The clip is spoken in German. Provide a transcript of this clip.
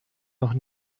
noch